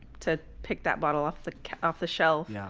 to pick that bottle off the off the shelf, yeah